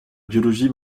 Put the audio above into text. biologie